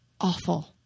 awful